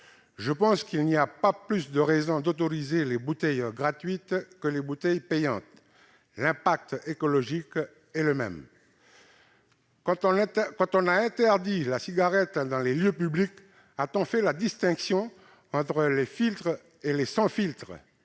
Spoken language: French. Il n'y a d'ailleurs pas plus de raison d'autoriser les bouteilles gratuites que les bouteilles payantes : l'impact écologique est le même. Quand on a interdit la cigarette dans les lieux publics, a-t-on fait la distinction entre les cigarettes avec filtre